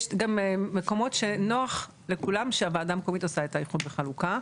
יש גם מקומות שנוח לכולם שהוועדה המקומית עושה את האיחוד והחלוקה.